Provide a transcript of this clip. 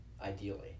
ideally